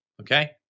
Okay